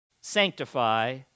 sanctify